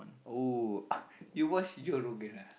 oh you watch your ah